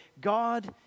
God